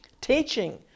teaching